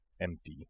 empty